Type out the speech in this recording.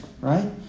right